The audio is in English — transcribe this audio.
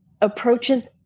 approaches